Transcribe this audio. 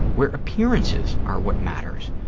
where appearances are what matters,